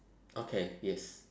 okay yes